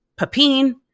Papine